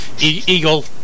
eagle